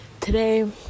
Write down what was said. Today